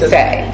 say